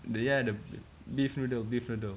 the ya the beef noodle beef noodle